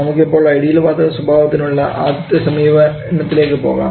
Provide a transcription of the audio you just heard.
നമുക്കിപ്പോൾ ഐഡിയൽ വാതക സ്വഭാവത്തിലുള്ള ആദ്യത്തെ സമീപനത്തിലേക്ക് പോകാം